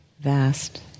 vast